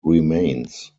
remains